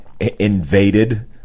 invaded